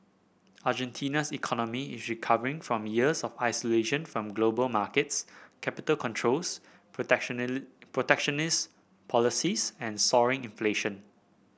Argentina's economy is recovering from years of isolation from global markets capital controls protectionist policies and soaring inflation